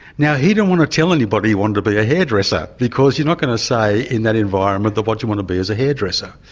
now he doesn't want to tell anybody he wanted to be a hairdresser, because you're not going to say, in that environment, that what you want to be is a hairdresser.